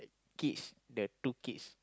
kids the two kids